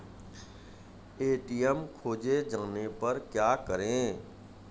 ATM खोजे जाने पर क्या करें?